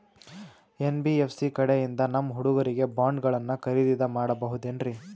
NBFC ಕಡೆಯಿಂದ ನಮ್ಮ ಹುಡುಗರಿಗೆ ಬಾಂಡ್ ಗಳನ್ನು ಖರೀದಿದ ಮಾಡಬಹುದೇನ್ರಿ?